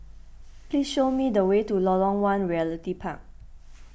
please show me the way to Lorong one Realty Park